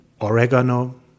oregano